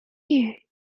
you